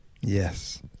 Yes